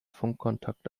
funkkontakt